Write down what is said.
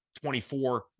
24